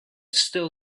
still